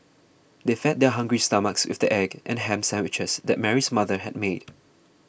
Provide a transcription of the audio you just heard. they fed their hungry stomachs with the egg and ham sandwiches that Mary's mother had made